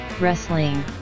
Wrestling